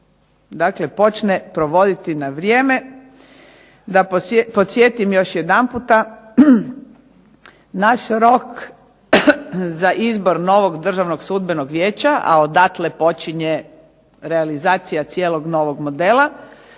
Dakle, počne provoditi na vrijeme. Da podsjetim još jedanputa, naš rok za izbor novog Državnog sudbenog vijeća, a odatle počinje realizacija cijelog novog modela